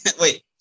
Wait